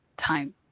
time